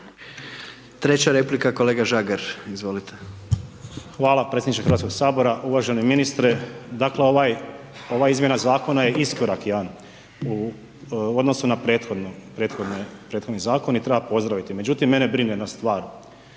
Tomislav (Nezavisni)** Hvala predsjedniče Hrvatskog sabora. Uvaženi ministre, dakle ova izmjena zakona je iskorak jedan u odnosu na prethodne zakone i treba pozdraviti međutim mene brine jedna stvar.